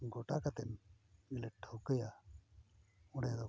ᱜᱚᱴᱟ ᱠᱟᱛᱮᱫ ᱞᱮ ᱴᱷᱟᱹᱣᱠᱟᱹᱭᱟ ᱚᱸᱰᱮ ᱫᱚ